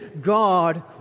God